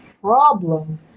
problem